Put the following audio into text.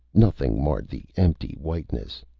nothing marred the empty whiteness.